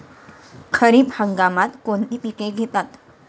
खरीप हंगामात कोणती पिके घेतात?